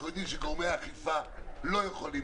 אנחנו יודעים שגורמי האכיפה לא יכולים